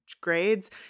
grades